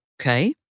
Okay